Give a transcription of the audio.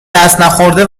دستنخورده